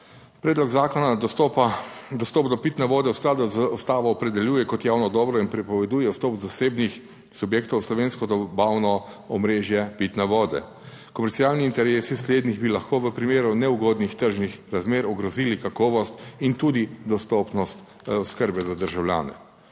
Predlog zakona dostopa dostop do pitne vode v skladu z Ustavo opredeljuje kot javno dobro in prepoveduje vstop zasebnih subjektov v slovensko zabavno omrežje pitne vode. Komercialni interesi slednjih bi lahko v primeru neugodnih tržnih razmer ogrozili kakovost in tudi dostopnost oskrbe za državljane.